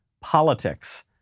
politics